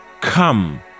Come